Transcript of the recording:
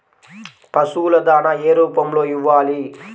పశువుల దాణా ఏ రూపంలో ఇవ్వాలి?